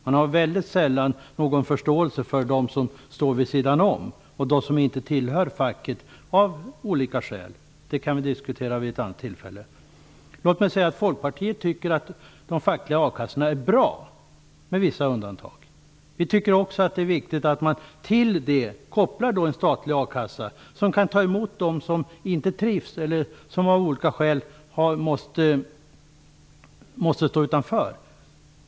Man har väldigt sällan någon förståelse för dem som står vid sidan av och de som inte tillhör facket av olika skäl. Det kan vi diskutera vid ett annat tillfälle. Folkpartiet tycker att de fackliga a-kassorna är bra, med vissa undantag. Vi tycker också att det är viktigt att man till det kan koppla en statlig a-kassa som kan ta emot dem som inte trivs där eller som av olika skäl måste stå utanför.